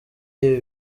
y’ibi